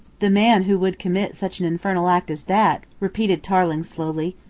the man who would commit such an infernal act as that, repeated tarling slowly,